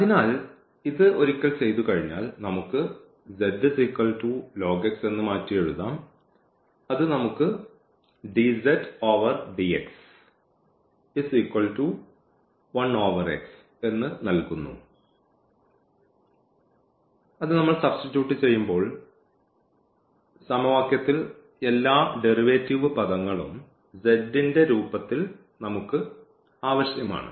അതിനാൽ ഇത് ഒരിക്കൽ ചെയ്തുകഴിഞ്ഞാൽ നമുക്ക് ഇത് z ln x എന്ന് മാറ്റിയെഴുതാം അത് നമുക്ക് നൽകുന്നു അത് നമ്മൾ സബ്സ്റ്റിറ്റ്യൂട്ട് ചെയ്യുമ്പോൾ സമവാക്യത്തിൽ എല്ലാ ഡെറിവേറ്റീവു പദങ്ങളും z ൻറെ രൂപത്തിൽ നമുക്ക് ആവശ്യമാണ്